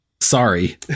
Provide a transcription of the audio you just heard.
sorry